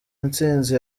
intsinzi